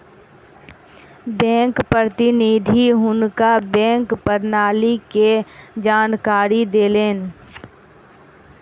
bank प्रतिनिधि हुनका bank प्रणाली के जानकारी देलैन